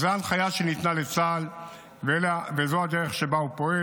זו ההנחיה שניתנה לצה"ל וזו הדרך שבה הוא פועל.